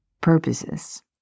purposes